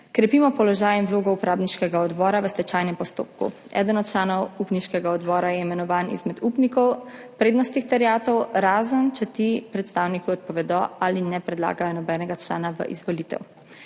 krepimo položaj in vlogo uporabniškega odbora v stečajnem postopku. Eden od članov upniškega odbora je imenovan izmed upnikov prednostnih terjatev, razen če ti predstavniki odpovedo ali ne predlagajo nobenega člana v izvolitev.